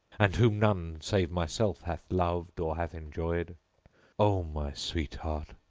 and whom none save myself hath loved or hath enjoyed o my sweetheart!